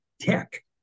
Tech